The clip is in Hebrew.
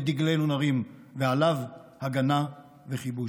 את דגלנו נרים / ועליו: הגנה וכיבוש!"